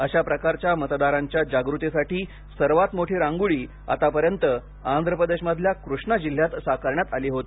अशाप्रकारे मतदारांच्या जागृतीसाठी सर्वात मोठी रांगोळी आंध्रप्रदेशमधल्या कृष्णा जिल्ह्यात साकारण्यात आली होती